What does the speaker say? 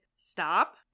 stop